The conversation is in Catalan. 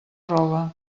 roba